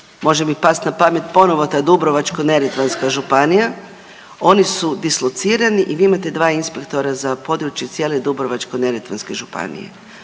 može mi past na pamet ponovo ta Dubrovačko-neretvanska županija, oni su dislocirani i vi imate 2 inspektora za područje cijele Dubrovačko-neretvanske županije.